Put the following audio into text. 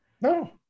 No